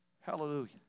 Hallelujah